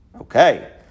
Okay